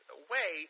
away